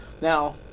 Now